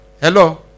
Hello